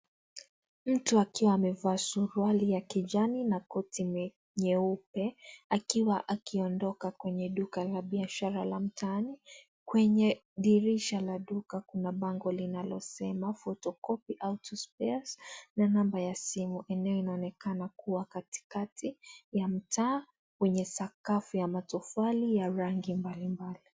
Mtu akiwa amevaa suruali ya kijani na koti nyeupe akiwa akiandika kwenye duka ya ishara la mtaani, kwenye dirisha la duka kuna bango linalosema photocopy autospares na namba ya simu. Eneo inaonekana kuwa katikati ya mtaa wenye sakafu ya matofali ya rangi mbalimbali.